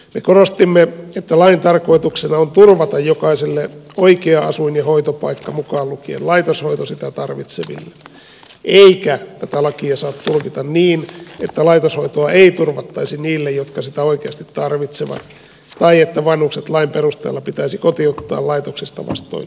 me korostimme että lain tarkoituksena on turvata jokaiselle oikea asuin ja hoitopaikka mukaan lukien laitoshoito sitä tarvitseville eikä tätä lakia saa tulkita niin että laitoshoitoa ei turvattaisi niille jotka sitä oikeasti tarvitsevat tai että vanhukset lain perusteella pitäisi kotiuttaa laitoksesta vastoin heidän tahtoaan